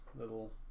little